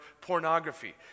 pornography